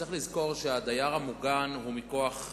צריך לזכור שהדייר המוגן הוא מוגן מכוח מצבו,